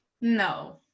no